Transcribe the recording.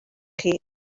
chi